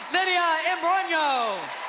lydia imbrogno.